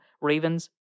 Ravens